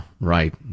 right